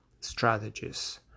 strategies